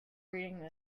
reading